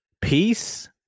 Peace